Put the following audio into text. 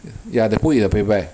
ya they put in a paper bag